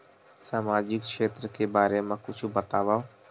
सामजिक क्षेत्र के बारे मा कुछु बतावव?